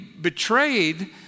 betrayed